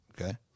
Okay